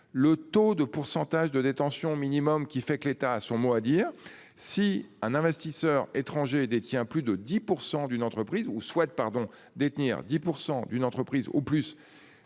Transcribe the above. le taux de pourcentage de détention minimum qui fait que l'État a son mot à dire si un investisseur étranger et détient plus de 10% d'une entreprise ou souhaite pardon. Détenir 10% d'une entreprise ou plus.